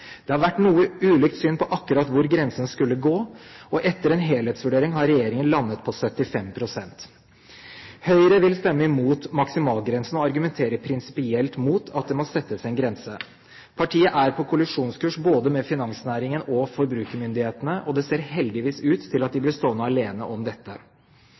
Det har vært noe ulikt syn på akkurat hvor grensen skulle gå, og etter en helhetsvurdering har regjeringen landet på 75 pst. Høyre vil stemme imot maksimalgrensen og argumenterer prinsipielt mot at det må settes en grense. Partiet er på kollisjonskurs med både finansnæringen og forbrukermyndighetene, og det ser heldigvis ut til at de blir stående alene om dette.